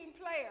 player